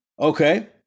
Okay